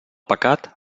pecat